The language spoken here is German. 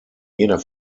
jeder